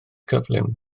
cyflym